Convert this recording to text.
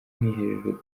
mwiherero